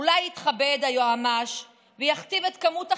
אולי יתכבד היועמ"ש ויכתיב את כמות החיסונים.